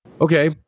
Okay